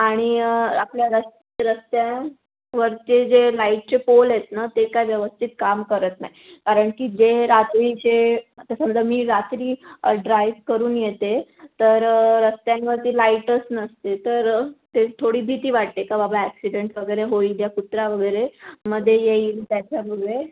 आणि आपल्या रस रस्त्यावरचे जे लाईटचे पोल आहेत ना ते काय व्यवस्थित काम करत नाही आहेत कारण की जे रात्रीचे आता समजा मी रात्री ड्राईव करून येते तर रस्त्यांवरती लाईटच नसते तर ते थोडी भिती वाटते का बाबा ॲक्सिडंट वगैरे होईल किवा कुत्रा वगैरे मध्ये येईल त्याच्यामुळे